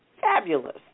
fabulous